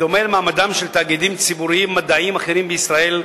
בדומה למעמדם של תאגידים ציבוריים מדעיים אחרים בישראל,